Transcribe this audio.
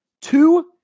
Two